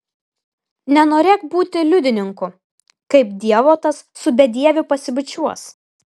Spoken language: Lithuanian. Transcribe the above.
nenorėk būti liudininku kaip dievotas su bedieviu pasibučiuos